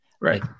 right